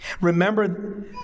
Remember